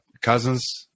Cousins